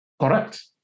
Correct